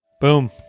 Boom